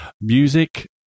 music